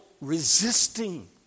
resisting